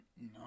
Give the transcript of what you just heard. No